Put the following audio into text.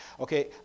Okay